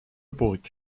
burg